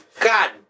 God